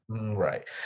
Right